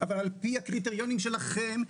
אבל לפי הקריטריונים שלכם,